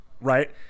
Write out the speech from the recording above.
right